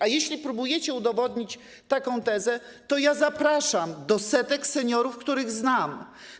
A jeśli próbujecie udowodnić taką tezę, to zapraszam do setek seniorów, których znam.